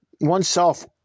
oneself